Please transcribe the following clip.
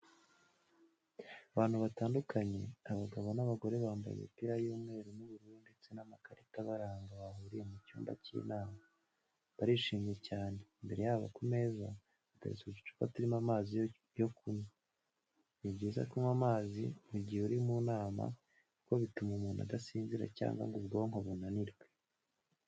Abantu batandukanye, abagabo n'abagore bambaye imipira y'umweru n'ubururu ndetse n'amakarita abaranga bahuriye mu cyumba cy'inama, barishimye cyane, imbere yabo ku meza hateretse uducupa turimo amazi yo kunywa. Ni byiza kunywa amazi mu gihe uri mu nama kuko bituma umuntu adasinzira cyangwa ngo ubwonko bunanirwe.